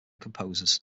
composers